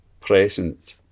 present